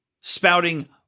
spouting